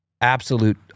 absolute